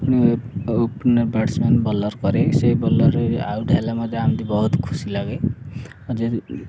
ଣି batsman bowler କରେ ସେଇ ବୋଲର ଆଉଟ୍ ହେଲେ ମୋତେ ଏମିତି ବହୁତ ଖୁସି ଲାଗେ ଆଉ ଯେ